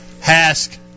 Hask